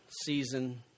season